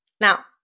Now